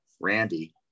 Randy